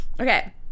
Okay